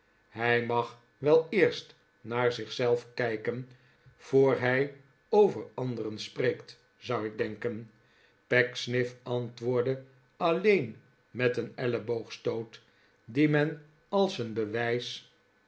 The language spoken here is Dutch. hij mag wel eerst naar zich zelf kijken voor hij over anderen spreekt zou ik denken pecksniff antwoordde alleen met een elleboogstoot dien men als een bewijs